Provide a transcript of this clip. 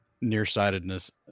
nearsightedness